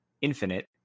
infinite